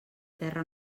terra